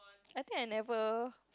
I think I never